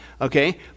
Okay